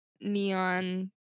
neon